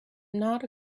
not